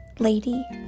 Lady